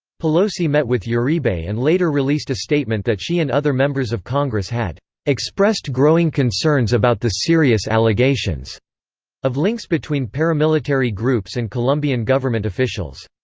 pelosi met with uribe and later released a statement that she and other members of congress had expressed growing concerns about the serious allegations of links between paramilitary groups and colombian government officials.